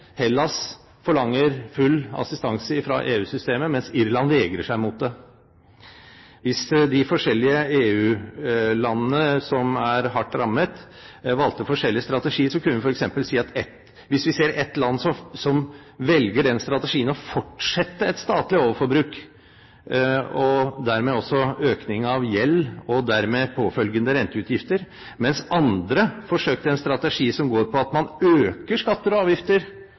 Hellas forlanger full assistanse fra EU-systemet, mens Irland vegrer seg mot det. Hvis de forskjellige EU-landene som er hardt rammet, valgte forskjellig strategi, kunne vi f.eks. se at et land velger en strategi som går på å fortsette et statlig overforbruk og dermed også økning av gjeld, og dermed påfølgende renteutgifter. Et annet land velger en strategi går på at man øker skatter og avgifter